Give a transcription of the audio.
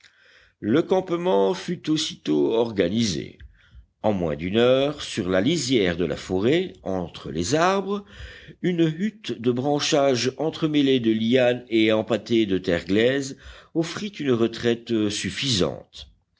le campement fut aussitôt organisé en moins d'une heure sur la lisière de la forêt entre les arbres une hutte de branchages entremêlés de lianes et empâtés de terre glaise offrit une retraite suffisante